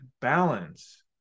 balance